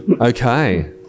okay